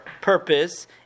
purpose